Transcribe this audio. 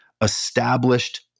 established